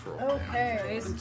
Okay